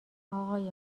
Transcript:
آقای